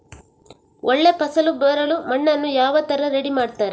ಒಳ್ಳೆ ಫಸಲು ಬರಲು ಮಣ್ಣನ್ನು ಯಾವ ತರ ರೆಡಿ ಮಾಡ್ತಾರೆ?